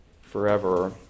forever